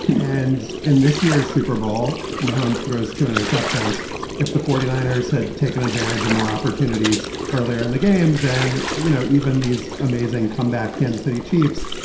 and in this year's super bowl, mahomes throws two interceptions if the forty niners had taken advantage of more opportunities earlier in the game than, you know, even these amazing comeback kansas city chiefs,